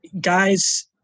Guys